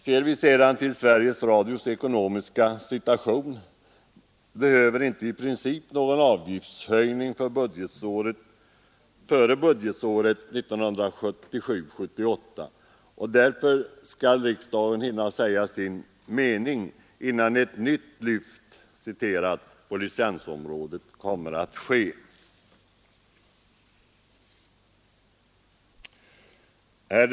Ser vi sedan till Sveriges Radios ekonomiska situation, finner vi att det i princip inte behövs någon avgiftshöjning före budgetåret 1977/78. Därför bör riksdagen hinna säga sin mening innan ett nytt ”lyft” på licensområdet sker.